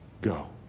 Go